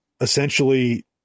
essentially